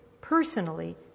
personally